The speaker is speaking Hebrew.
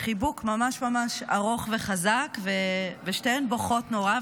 חיבוק ממש ממש ארוך וחזק ושתיהן בוכות נורא,